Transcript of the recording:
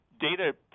data